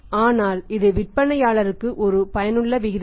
ஆனால் இது விற்பனையாளருக்கும் ஒரு பயனுள்ள விகிதத்தை